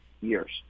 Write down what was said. years